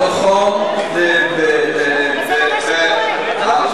זה לא מה שקורה.